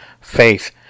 faith